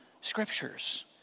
Scriptures